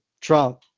Trump